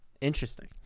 Interesting